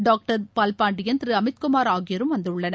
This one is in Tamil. டாக்டர் பாவ்பாண்டியன் திரு அமித் குமார் ஆகியோரும் வந்துள்ளனர்